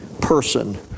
person